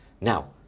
Now